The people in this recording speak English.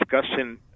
discussion